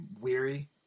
weary